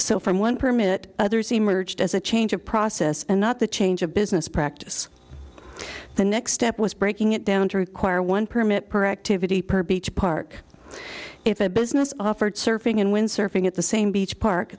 so from one permit others emerged as a change of process and not the change of business practice the next step was breaking it down to require one permit per activity per beach park if a business offered surfing and windsurfing at the same beach park